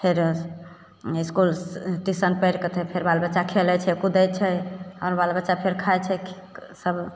फेर school tuition पढ़िकऽ तऽ फेर बाल बच्चा खेलय छै कूदय छै आओर बाल बच्चा फेर खाइ छै सब